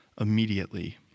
immediately